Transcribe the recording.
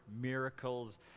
miracles